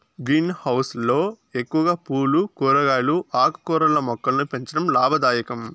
green house లో ఎక్కువగా పూలు, కూరగాయలు, ఆకుకూరల మొక్కలను పెంచడం లాభదాయకం